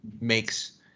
makes